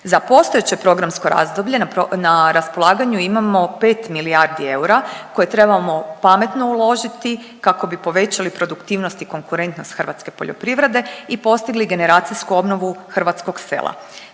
Za postojeće programsko razdoblje na raspolaganju imamo 5 milijardi eura koje trebamo pametno uložiti kako bi povećali produktivnost i konkurentnost hrvatske poljoprivrede i postigli generacijsku obnovu hrvatskog sela.